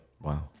Wow